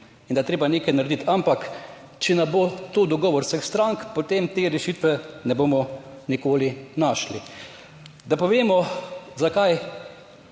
in da je treba nekaj narediti. Ampak če ne bo to dogovor vseh strank, potem te rešitve ne bomo nikoli našli. Da povemo, zakaj